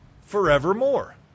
forevermore